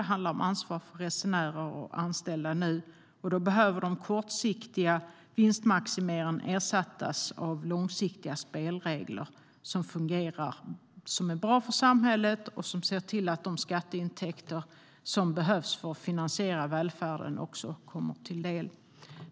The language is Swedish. Det handlar om ansvar för resenärer och anställda nu, och då behöver den kortsiktiga vinstmaximeringen ersättas av långsiktiga spelregler som fungerar, som är bra för samhället och som ser till att de skatteintäkter som behövs för att finansiera välfärden också kommer den till del.